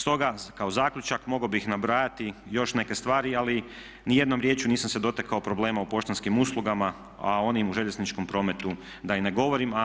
Stoga kao zaključak mogao bih nabrajati još neke stvari ali nijednom riječju nisam se dotakao problema u poštanskim uslugama, a onim u željezničkom prometu da i ne govorim.